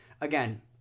Again